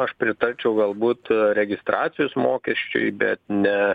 aš pritarčiau galbūt registracijos mokesčiui bet ne